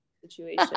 situation